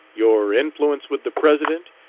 your influence with the president,